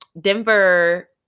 Denver